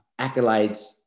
accolades –